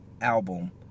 album